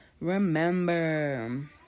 Remember